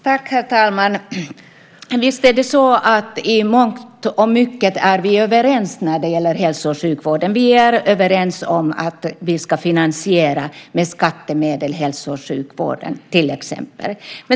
Herr talman! Visst är vi överens i mångt och mycket när det gäller hälso och sjukvården. Vi är överens om att vi ska finansiera hälso och sjukvården med skattemedel till exempel.